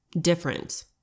different